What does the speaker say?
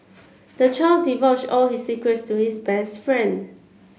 the child divulged all his secrets to his best friend